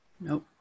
Nope